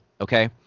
okay